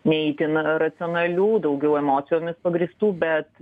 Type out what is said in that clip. ne itin racionalių daugiau emocijomis pagrįstų bet